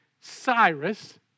Cyrus